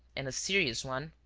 and a serious one!